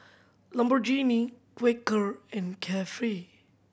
Lamborghini Quaker and Carefree